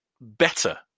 better